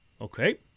Okay